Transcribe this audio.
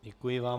Děkuji vám.